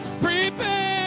prepare